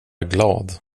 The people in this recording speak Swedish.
glad